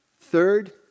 Third